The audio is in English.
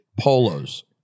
polos